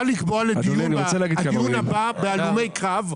אפשר לקבוע שהדיון הבא יהיה על הלומי הקרב?